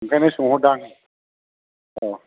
ओंखायनो सोंहरदां अ